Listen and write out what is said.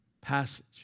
passage